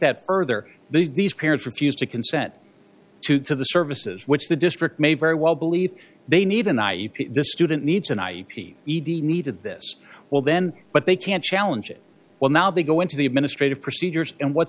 that further these parents refused to consent to to the services which the district may very well believe they need a naive student needs an i p e d needed this well then but they can't challenge it well now they go into the administrative procedures and what's